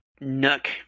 nook